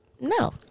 No